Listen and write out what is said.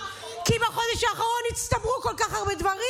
כי בחודש הצטברו כל כך הרבה דברים,